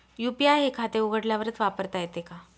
UPI हे खाते उघडल्यावरच वापरता येते का?